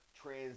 trans